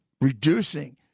reducing